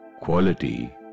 quality